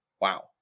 Wow